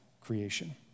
creation